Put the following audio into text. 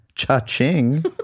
Cha-ching